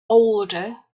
older